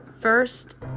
first